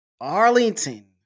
Arlington